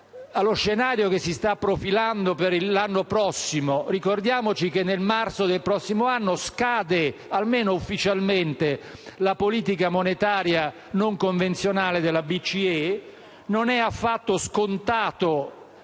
lo scenario che si sta profilando per l'anno prossimo: ricordiamoci che nel marzo del prossimo anno scade, almeno ufficialmente, la politica monetaria non convenzionale della BCE, e non è affatto scontato